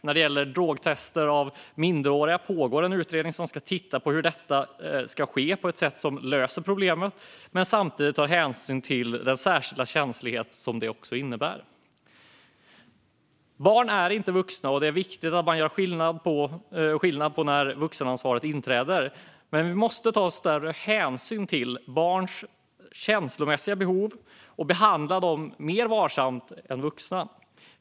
När det gäller drogtester av minderåriga pågår en utredning som ska titta på hur detta ska ske på ett sätt som löser problemet men samtidigt tar hänsyn till den särskilda känslighet som det innebär. Barn är inte vuxna, och det är viktigt att göra skillnad på när vuxenansvaret inträder. Vi måste ta större hänsyn till barns känslomässiga behov och behandla dem mer varsamt än vuxna.